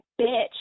bitch